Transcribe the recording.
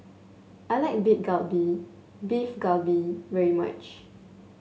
I like Galbi Beef Galbi very much